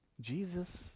Jesus